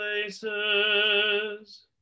places